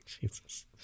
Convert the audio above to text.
Jesus